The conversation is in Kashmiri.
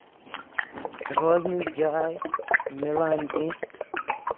روزنٕچ جاے نہٕ ملان کیٚنٛہہ